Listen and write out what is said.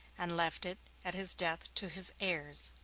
and left it, at his death, to his heirs.